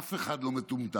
אף אחד לא מטומטם.